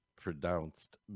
pronounced